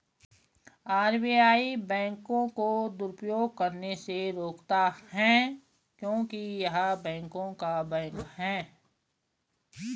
RBI बैंकों को दुरुपयोग करने से रोकता हैं क्योंकि य़ह बैंकों का बैंक हैं